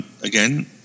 again